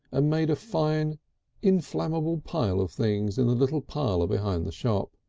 ah made a fine inflammable pile of things in the little parlour behind the shop.